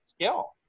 skill